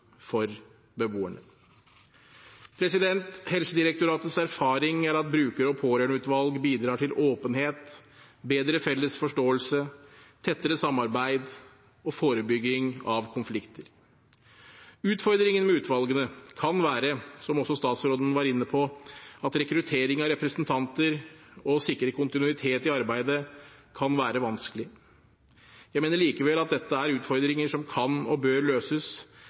for beboerne. Helsedirektoratets erfaring er at bruker- og pårørendeutvalg bidrar til åpenhet, bedre felles forståelse, tettere samarbeid og forebygging av konflikter. Utfordringene med utvalgene kan, som også statsråden var inne på, være at rekruttering av representanter og å sikre kontinuitet i arbeidet kan være vanskelig. Jeg mener likevel at dette er utfordringer som kan og bør løses,